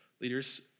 leaders